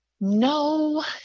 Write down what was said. No